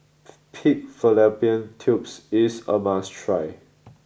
Pig Fallopian Tubes is a must try